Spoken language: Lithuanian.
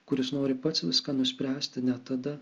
kuris nori pats viską nuspręsti net tada